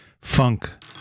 funk